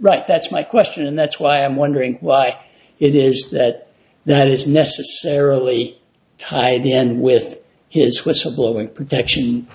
right that's my question and that's why i'm wondering why it is that that is necessarily tied the end with his whistleblowing protection